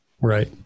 Right